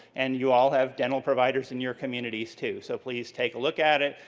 and you all have dental providers in your communities, too. so, please take a look at it.